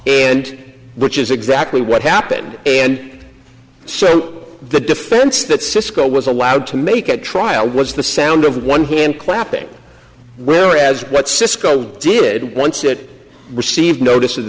and which is exactly what happened and so the defense that cisco was allowed to make at trial was the sound of one hand clapping whereas what cisco did once it received notice